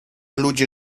ludzie